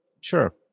Sure